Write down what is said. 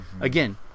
Again